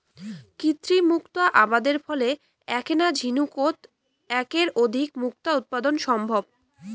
কৃত্রিম মুক্তা আবাদের ফলে এ্যাকনা ঝিনুকোত এ্যাকের অধিক মুক্তা উৎপাদন সম্ভব